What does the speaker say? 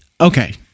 okay